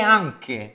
anche